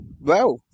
Wow